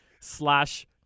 slash